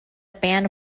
band